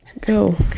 Go